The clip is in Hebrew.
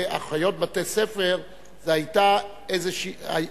כי "אחיות בתי-הספר" זה איזה מוסד,